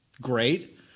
great